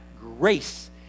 grace